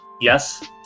Yes